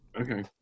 Okay